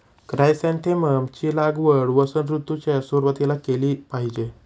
chrysanthemum ची लागवड वसंत ऋतूच्या सुरुवातीला केली पाहिजे